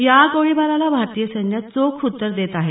या गोळीबाराला भारतीय सैन्य चोख उत्तर देत आहे